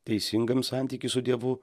teisingam santyky su dievu